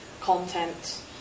content